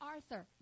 Arthur –